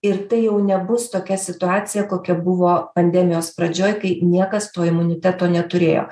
ir tai jau nebus tokia situacija kokia buvo pandemijos pradžioj kai niekas to imuniteto neturėjo